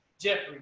Jeffrey